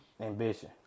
Ambition